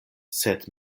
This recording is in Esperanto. sed